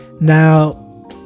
now